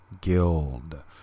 Guild